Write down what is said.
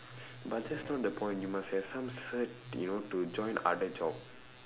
but that's not the point you must have some cert you know to join other job